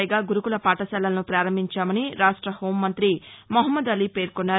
పైగా గురుకుల పాఠశాలలను ప్రారంభించామని రాష్ట హోంమంతి మహమూద్ అలీ పేర్కొన్నారు